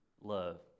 love